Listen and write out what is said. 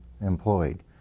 employed